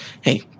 hey